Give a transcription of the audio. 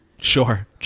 Sure